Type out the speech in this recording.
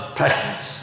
practice